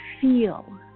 feel